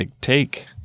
take